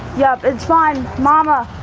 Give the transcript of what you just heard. yep it's fine, momma!